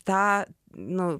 tą nu